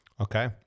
Okay